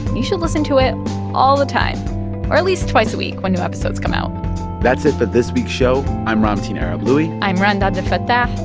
you should listen to it all the time or at least twice a week, when new episodes come out that's it for this week's show. i'm ramtin arablouei i'm rund abdelfatah.